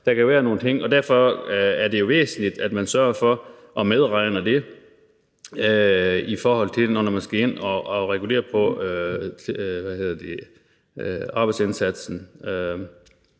der kan være nogle andre ting. Derfor er det jo væsentligt, at man sørger for at medregne det, når man skal ind at regulere i forhold til arbejdsindsatsen.